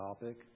topic